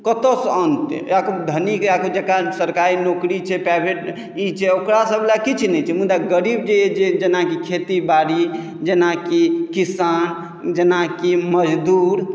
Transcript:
कतयसँ अनतै एकरा कोनो धनिक एकरा कोनो जकरा सरकारी नौकरी छै प्राइवेट ई छै ओकरा सभ लेल किछु नहि छै मुदा गरीब जे अइ जेनाकि खेती बाड़ी जेनाकि किसान जेनाकि मजदूर